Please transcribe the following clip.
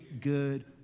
good